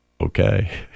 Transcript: okay